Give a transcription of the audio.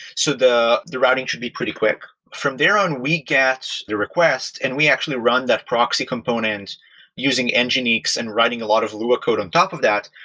so the the routing should be pretty quick. from there on, we get the request and we actually run that proxy component using nginx and writing a lot of lua code on top of that.